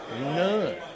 None